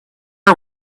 are